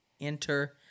Enter